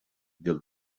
gcill